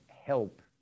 help